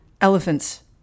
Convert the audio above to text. Elephant's